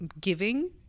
giving